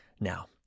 Now